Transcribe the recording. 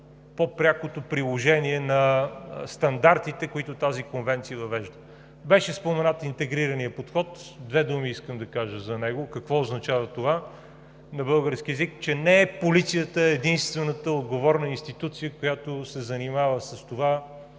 по-прякото приложение на стандартите, които тази конвенция въвежда. Беше споменат и интегрираният подход – две думи искам да кажа за него. Какво означава това на български език – че не полицията е единствената отговорна институция, която се занимава с това